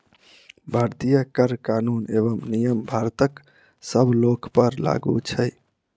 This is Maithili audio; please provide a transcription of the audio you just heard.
भारतीय कर कानून एवं नियम भारतक सब लोकपर लागू छै